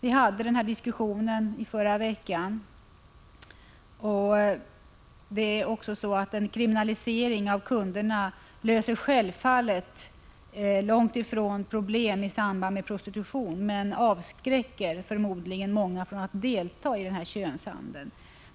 Vi hade en diskussion i frågan förra veckan, och jag vill framhålla att det självfallet långt ifrån är så att en kriminalisering av kunderna löser problem i samband med prostitution, men att den förmodligen avskräcker många från att delta i den här könshandeln.